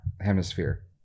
hemisphere